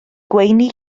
gweini